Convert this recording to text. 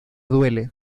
duele